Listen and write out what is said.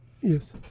Yes